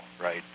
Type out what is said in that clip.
right